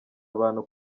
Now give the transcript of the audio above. abantu